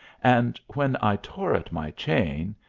and when i tore at my chain,